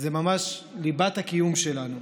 זה ממש ליבת הקיום שלנו.